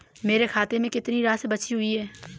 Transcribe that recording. मेरे खाते में कितनी राशि बची हुई है?